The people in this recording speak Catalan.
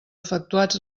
efectuats